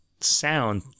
sound